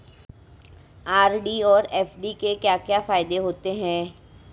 RD और FD के क्या क्या फायदे होते हैं?